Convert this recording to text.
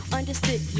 understood